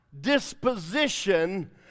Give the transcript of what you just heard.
disposition